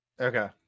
Okay